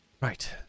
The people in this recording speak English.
Right